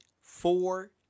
four